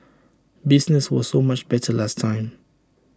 business was so much better last time